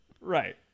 Right